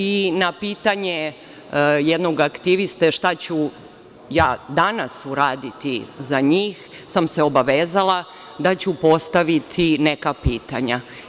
I na pitanje jednog aktiviste šta ću ja danas uraditi za njih, obavezala sam se da ću postaviti neka pitanja.